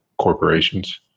corporations